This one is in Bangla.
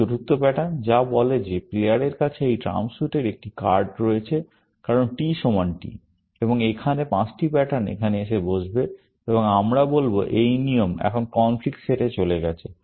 এটি চতুর্থ প্যাটার্ন যা বলে যে প্লেয়ারের কাছে এই ট্রাম্প স্যুটের একটি কার্ড রয়েছে কারণ T সমান T এবং এখানে পাঁচটি প্যাটার্ন এখানে এসে বসবে এবং আমরা বলব এই নিয়ম এখন কনফ্লিক্ট সেটে চলে গেছে